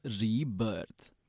rebirth